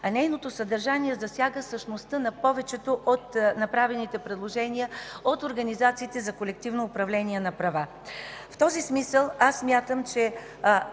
а нейното съдържание засяга същността на повечето от направените предложения от организациите за колективно управление на права. В този смисъл смятам –